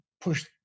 push